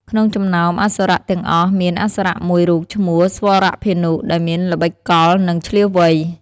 ក្នុងចំណោមអសុរៈទាំងអស់ មានអសុរៈមួយរូបឈ្មោះ ស្វរភានុ ដែលមានល្បិចកល និងឈ្លាសវៃ។